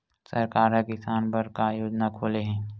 सरकार ह किसान बर का योजना खोले हे?